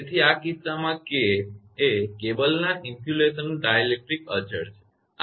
તેથી આ કિસ્સામાં k એ કેબલ ઇન્સ્યુલેશનનો ડાઇલેક્ટ્રિક અચલ છે આ તમે પણ પ્ર્યાસ કરી શકો છો